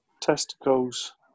testicles